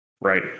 right